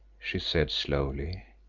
she said slowly,